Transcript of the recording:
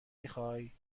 میخوای